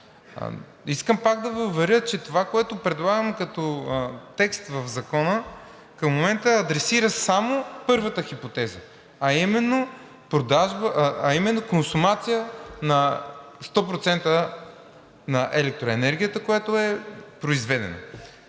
Искам пак да Ви уверя, че това, което предлагам като текст в Закона, към момента адресира само първата хипотеза, а именно консумация на 100% от електроенергията, която е произведена.